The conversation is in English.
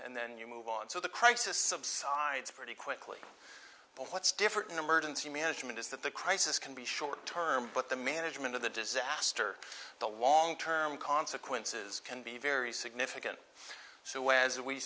and then you move on so the crisis subsides pretty quickly but what's different in emergency management is that the crisis can be short term but the management of the disaster the long term consequences can be very significant so